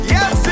Yes